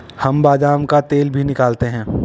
हम बादाम का तेल भी निकालते हैं